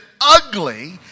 ugly